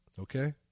okay